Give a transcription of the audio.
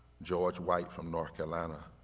george white from north carolina,